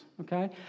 okay